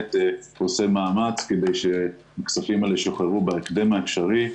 שבאמת עושה מאמץ כדי שהכספים האלה ישוחררו בהקדם האפשרי,